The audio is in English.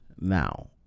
Now